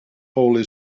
holy